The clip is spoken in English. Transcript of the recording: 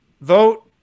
Vote